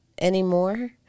anymore